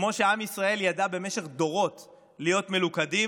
כמו שעם ישראל ידע במשך דורות להיות מלוכד,